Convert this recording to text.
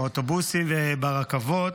באוטובוסים וברכבות,